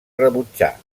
rebutjà